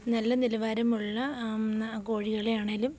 നല്ല നിലവാരമുള്ള കോഴികളെ ആണെങ്കിലും